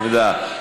שהוצמדה,